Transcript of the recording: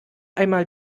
einmal